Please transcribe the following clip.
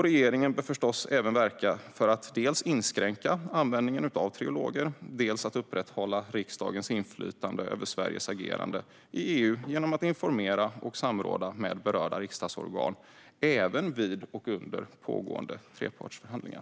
Regeringen bör förstås även verka för att dels inskränka användningen av triloger, dels upprätthålla riksdagens inflytande över Sveriges agerande i EU genom att informera och samråda med berörda riksdagsorgan även vid och under pågående trepartsförhandlingar.